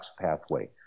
pathway